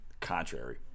contrary